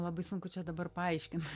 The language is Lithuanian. labai sunku čia dabar paaiškint